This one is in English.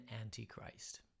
antichrist